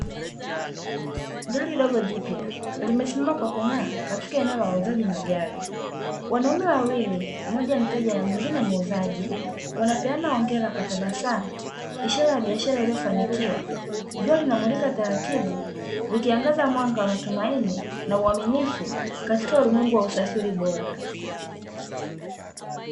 Gari dogo jipya, limesimama kwa kung'aa katika eneo la wauzaji magari, wanaume wawili, mmoja mteja na mwingine muuzaji, wanapeana hongera kwa tabasamu ishara ya biashara iliyofanikiwa. Jua linamulika taratibu, likiangaza mwanga wa matumaini na uaminifu katika ulimwengu wa usafiri bora.